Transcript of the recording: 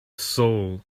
soul